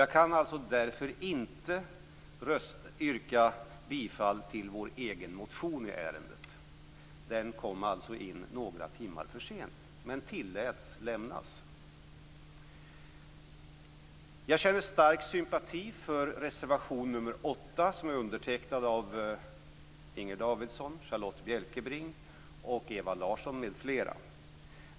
Jag kan alltså därför inte yrka bifall till vår egen motion i ärendet. Den kom in några timmar för sent, men tilläts lämnas. Jag känner stark sympati för reservation nr 8, som är undertecknad av Inger Davidson, Charlotta Bjälkebring, Ewa Larsson m.fl.